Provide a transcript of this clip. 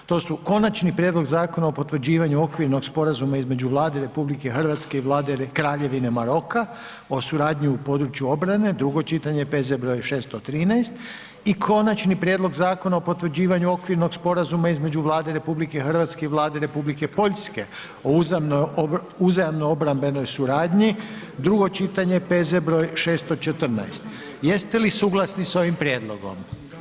To su: - Konačni prijedlog Zakona o potvrđivanju Okvirnog sporazuma između Vlade Republike Hrvatske i Vlade Kraljevine Maroka o suradnji u području obrane, drugo čitanje, P.Z. br. 613 - Konačni prijedlog Zakona o potvrđivanju Okvirnog sporazuma između Vlade Republike Hrvatske i Vlade Republike Poljske o uzajamnoj obrambenoj suradnji, drugo čitanje, P.Z. br. 614 Jeste li suglasni s ovim prijedlogom?